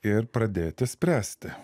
ir pradėti spręsti